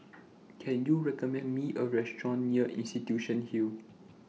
Can YOU recommend Me A Restaurant near Institution Hill